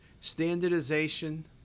standardization